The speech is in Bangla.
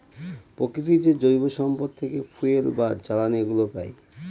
প্রকৃতির যে জৈব সম্পদ থেকে ফুয়েল বা জ্বালানিগুলো পাই